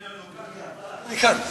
אני כאן.